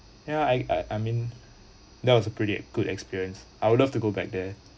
yeah I I mean that was a pretty good experience I would love to go back there